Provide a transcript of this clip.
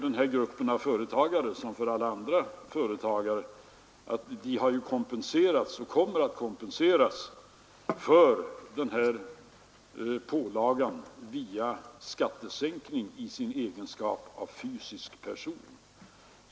Den här gruppen av företagare har liksom alla andra företagare kompenserats och kommer att kompenseras för den här pålagan via skattesänkning i sin egenskap av fysisk person.